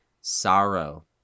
sorrow